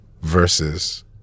versus